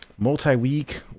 multi-week